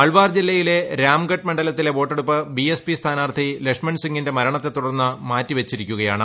ആൽവാർ ജില്ലയിലെ രാംഗഡ് മണ്ഡലത്തിലെ വോട്ടെടുപ്പ് ബിഎസ്പി സ്ഥാനാർത്ഥി ലക്ഷ്മണൻ സിംഗിന്റെ മരണത്തെ തുടർന്ന് മാറ്റി വച്ചിരിക്കുകയാണ്